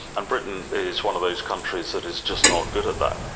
and britain is one of those countries that is just not good at that,